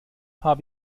habe